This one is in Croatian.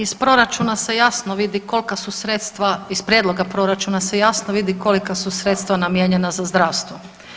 Iz proračuna se jasno vidi kolka su sredstva, iz prijedloga proračuna se jasno vidi kolika su sredstva namijenjena za zdravstvo.